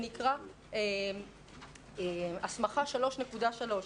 שנקרא הסמכה 3.3,